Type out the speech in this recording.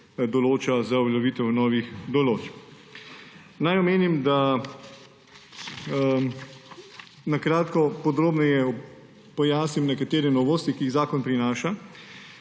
roke za uveljavitev novih določb. Naj na kratko podrobneje pojasnim nekatere novosti, ki jih zakon prinaša.